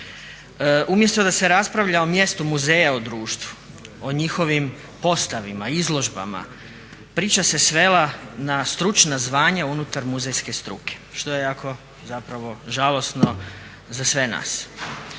Umjesto da se raspravlja o mjestu muzeja u društvu, o njihovim postavima, izložbama priča se svela na stručna zvanja unutar muzejska struke što je jako zapravo žalosno za sve nas.